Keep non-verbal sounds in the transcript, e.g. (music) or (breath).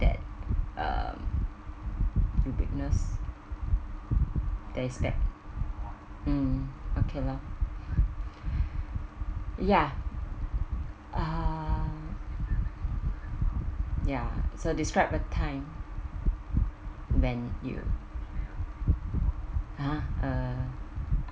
that um you witness then step mm okay loh (breath) ya um ya so describe a time when you !huh! uh